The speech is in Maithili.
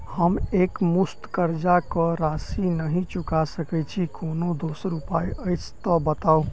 हम एकमुस्त कर्जा कऽ राशि नहि चुका सकय छी, कोनो दोसर उपाय अछि तऽ बताबु?